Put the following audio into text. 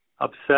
upset